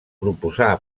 proposà